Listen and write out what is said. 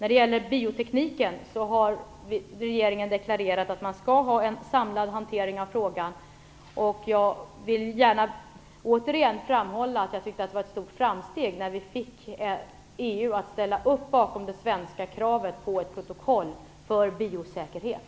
Regeringen har deklarerat att vi skall ha en samlad hantering av biotekniken, och jag vill gärna återigen framhålla att det enligt min uppfattning var ett stort framsteg när vi fick EU att ställa upp bakom det svenska kravet på ett protokoll för biosäkerhet.